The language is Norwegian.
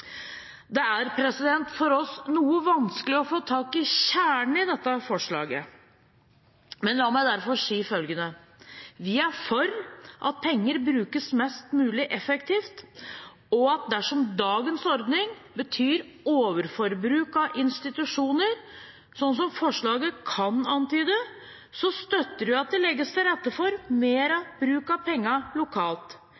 Det er for oss noe vanskelig å få tak i kjernen i dette forslaget, men la meg si følgende: Vi er for at penger brukes mest mulig effektivt, og at dersom dagens ordning betyr overforbruk av institusjoner, noe forslaget kan antyde, støtter vi at det legges til rette for